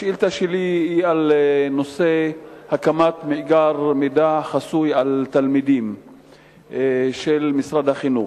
השאילתא שלי היא על נושא הקמת מאגר מידע חסוי על תלמידים במשרד החינוך.